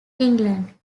england